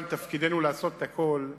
אבל תפקידנו לעשות הכול,